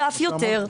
ואף יותר.